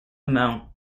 amount